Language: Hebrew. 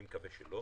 אני מקווה שלא